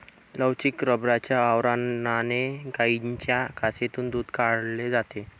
लवचिक रबराच्या आवरणाने गायींच्या कासेतून दूध काढले जाते